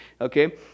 okay